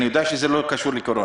אני יודע שזה בוודאי לא קשור לקורונה.